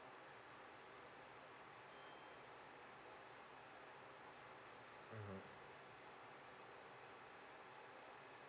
mmhmm